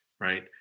right